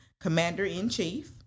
commander-in-chief